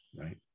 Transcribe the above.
right